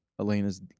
Elena's